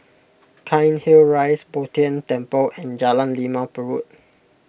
Cairnhill Rise Bo Tien Temple and Jalan Limau Purut